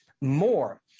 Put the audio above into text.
more